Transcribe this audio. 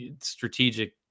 strategic